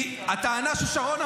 כי הטענה ששרון,